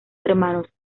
hermanos